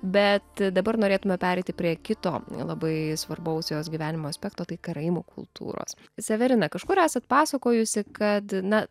bet dabar norėtume pereiti prie kito labai svarbaus jos gyvenimo aspekto tai karaimų kultūros severina kažkur esat pasakojusi kad na